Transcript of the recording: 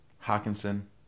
Hawkinson